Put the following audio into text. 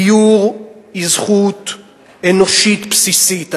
דיור הוא זכות אנושית בסיסית,